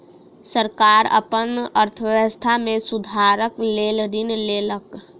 सरकार अपन अर्थव्यवस्था में सुधारक लेल ऋण लेलक